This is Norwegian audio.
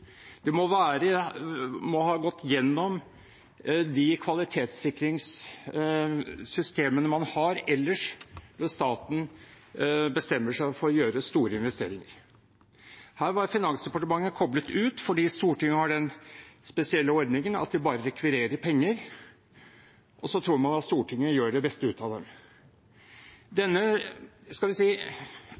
Det må ha gått gjennom de kvalitetssikringssystemene man har ellers når staten bestemmer seg for å gjøre store investeringer. Her var Finansdepartementet koblet ut fordi Stortinget har den spesielle ordningen at de bare rekvirerer penger, og så tror man at Stortinget gjør det beste ut av det. Denne – skal vi si